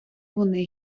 вони